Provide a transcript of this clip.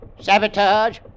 Sabotage